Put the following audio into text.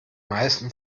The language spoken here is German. meisten